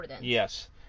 yes